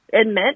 admit